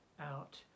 out